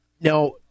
Now